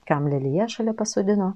kam lelijas šalia pasodino